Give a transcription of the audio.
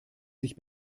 sich